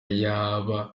yaba